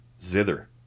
Zither